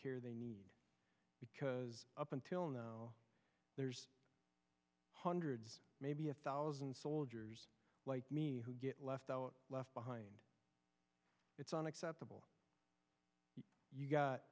care they need because up until now there's hundreds maybe a thousand soldiers like me who get left left behind it's unacceptable you've got